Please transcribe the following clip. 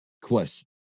Question